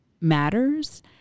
matters